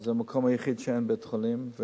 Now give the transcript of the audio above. זה המקום היחיד שאין בו בית-חולים,